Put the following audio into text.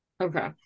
Okay